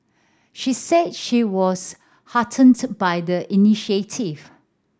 she said she was heartened by the initiative